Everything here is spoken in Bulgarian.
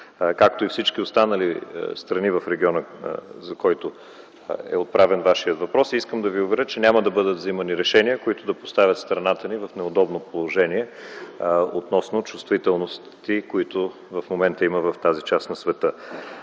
както и всички останали страни в региона, за който е отправен Вашият въпрос. Искам да Ви уверя, че няма да бъдат взимани решения, които да поставят страната ни в неудобно положение относно чувствителности, които в момента има в тази част на света.